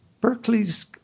Berkeley's